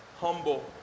Humble